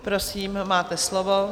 Prosím, máte slovo.